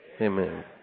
Amen